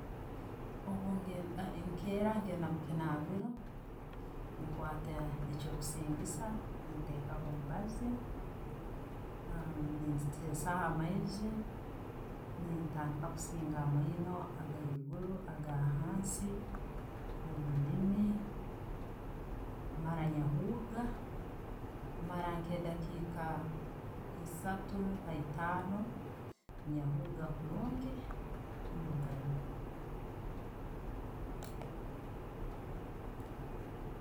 Obungu, nkeera ngenda mukinabiiro, nkwata ekyokusingiiza nteekaho omubaazi, nentaho amaaizi, ne'tandiika kusinga amaino, agaiguru, agahansi, oruliimu, maara nyehuuga maara nke dakiika esaatu haitaano, nyehuuga kurungi ndugayo.